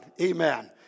Amen